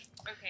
Okay